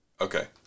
Okay